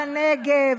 לנגב,